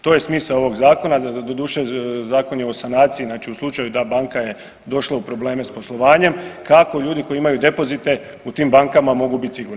To je smisao ovog zakona, doduše zakon je o sanaciji znači u slučaju da banka je došlo u probleme sa poslovanjem kako ljudi koji imaju depozite u tim bankama mogu bit sigurni?